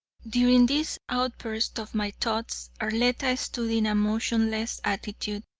during this outburst of my thoughts, arletta stood in a motionless attitude,